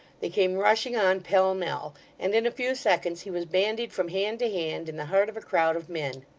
they came rushing on pell mell and in a few seconds he was bandied from hand to hand, in the heart of a crowd of men.